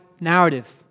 narrative